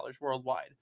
worldwide